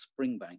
Springbank